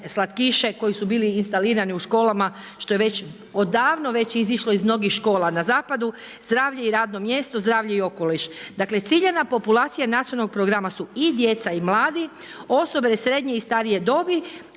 slatkiše koji su bili instalirani u školama što je već odavno već izišlo iz mnogih škola na zapadu. Zdravlje i radno mjesto, zdravlje i okoliš. Dakle, ciljana populacija nacionalnog programa su i djeca i mladi, osobe srednje i starije dobi,